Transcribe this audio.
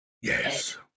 Yes